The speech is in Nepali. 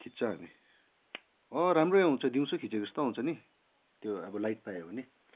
खिच्छ हामी राम्रै आउँछ दिउँसै खिचेको जस्तो आउँछ नि त्यो अब लाइट पायो भने